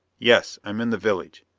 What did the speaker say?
yes. i'm in the village.